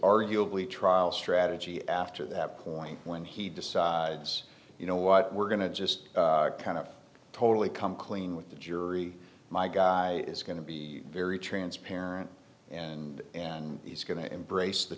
arguably trial strategy after that point when he decides you know what we're going to just kind of totally come clean with the jury my guy is going to be very transparent and and he's going to embrace the